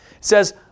says